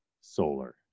solar